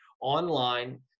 online